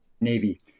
Navy